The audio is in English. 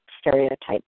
stereotypes